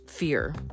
Fear